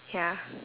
ya